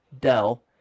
Dell